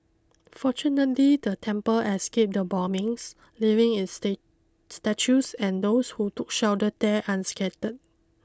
fortunately the temple escaped the bombings leaving its state statues and those who took shelter there unscattered